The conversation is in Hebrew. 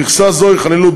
במכסה זו ייכללו,